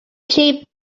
cheap